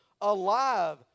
alive